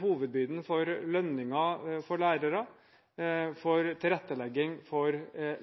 hovedbyrden for lønninger for lærere og for tilrettelegging for